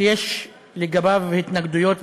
שיש לגביו התנגדויות והסתייגויות.